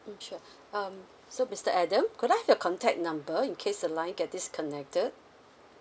sure um so mister adam could I have your contact number in case the line get disconnected